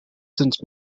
since